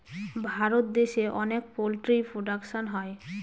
ভারত দেশে অনেক poultry production হয়